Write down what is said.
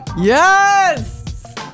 yes